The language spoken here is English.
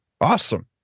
Awesome